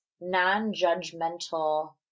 non-judgmental